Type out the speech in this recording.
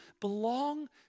belong